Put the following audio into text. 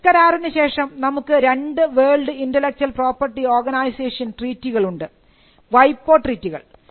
TRIPS കരാറിനു ശേഷം നമുക്ക് രണ്ട് വേൾഡ് ഇന്റെലക്ച്വൽ പ്രോപ്പർട്ടി ഓർഗനൈസേഷൻ ട്രീറ്റികളുണ്ട് വൈപോ ട്രീറ്റികൾ